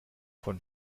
von